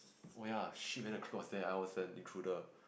oh ya shit whether truth or dare I was and intruder